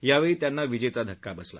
यावेळी त्यांना विजेचा धक्का बसला